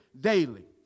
daily